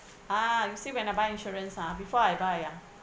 ah you see when I buy insurance ah before I buy ah